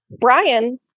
Brian